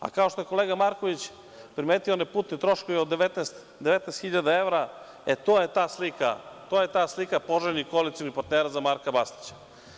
A kao što je kolega Marković primetio one putne troškove od 19.000 evra, e to je ta slika poželjnih koalicionih partnera za Marka Bastaća.